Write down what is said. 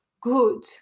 good